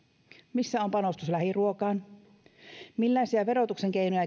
missä on panostus lähiruokaan millaisia verotuksen keinoja